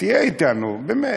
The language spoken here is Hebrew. תהיה אתנו, באמת.